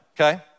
okay